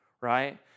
right